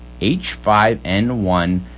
H5N1